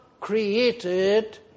created